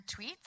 tweets